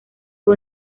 fue